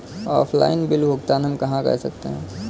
Offline bill भुगतान हम कहां कर सकते हैं?